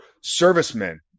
servicemen